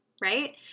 Right